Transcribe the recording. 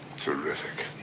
terrific.